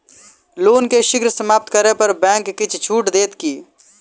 loan केँ शीघ्र समाप्त करै पर बैंक किछ छुट देत की